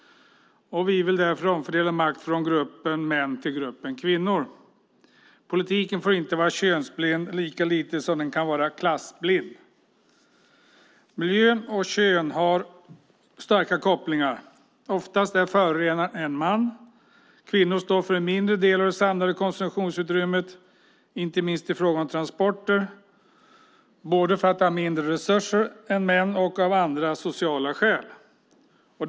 Vi vill därför omfördela makt från gruppen män till gruppen kvinnor. Politiken får inte vara könsblind, lika lite som den kan vara klassblind. Miljö och kön har starka kopplingar. Oftast är förorenaren en man. Kvinnor står för en mindre del av det samlade konsumtionsutrymmet, inte minst i fråga om transporter, för att de har mindre resurser än män och av andra sociala skäl.